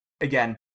again